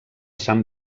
sant